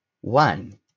one